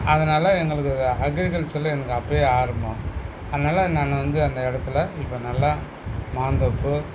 அதனால் எங்களுக்கு அக்ரிகல்ச்சரில் எனக்கு அப்பயே ஆர்வம் அதனால் நான் வந்து அந்த இடத்துல இப்போ நல்லா மாந்தோப்பு